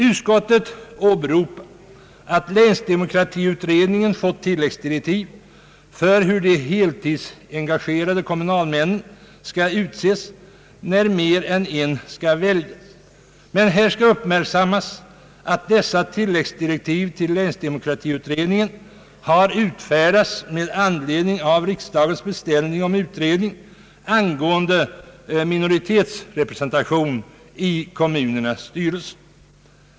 Utskottet åberopar att länsdemokratiutredningen fått tilläggsdirektiv för hur de heltidsengagerade kommunalmännen skall utses, när mer än en skall väljas. Men här skall uppmärksammas att dessa tilläggsdirektiv har utfärdats med anledning av riksdagens beställning om utredning angående minoritetsrepresentation i kommunernas styrelser.